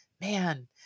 man